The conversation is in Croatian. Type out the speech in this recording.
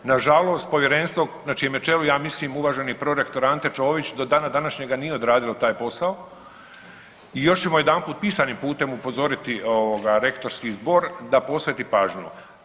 Nažalost povjerenstvo na čijem je čelu, ja mislim, uvaženi prorektor Ante Čović do dana današnjega nije odradilo taj posao, i još ćemo jedanput pisanim putem upozoriti Rektorski zbor da posveti pažnju.